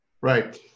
Right